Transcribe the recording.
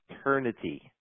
eternity